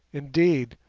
indeed,